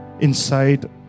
inside